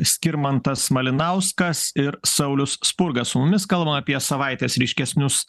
skirmantas malinauskas ir saulius spurga su mumis kalbam apie savaitės ryškesnius